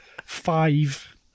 five